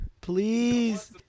Please